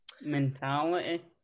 Mentality